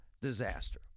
disaster